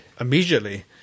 immediately